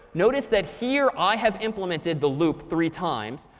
notice that here, i have implemented the loop three times.